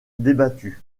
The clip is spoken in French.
débattue